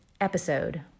episode